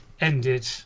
ended